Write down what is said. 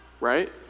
right